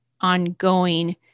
ongoing